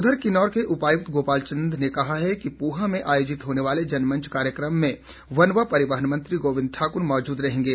उधर किन्नौर के उपायुक्त गोपाल चंद ने कहा है कि पूह में आयोजित होने वाले जनमंच कार्यक्रम में वन व परिवहन मंत्री गोविंद ठाकुर मौजूद रहेंगे